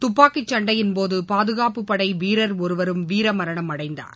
துப்பாக்கிச்சண்டையின் போது பாதுகாப்பு படை வீரர் ஒருவரும் வீரமரணம் அடைந்தார்